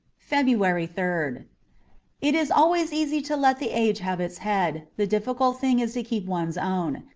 february third it is always easy to let the age have its head the difficult thing is to keep one's own.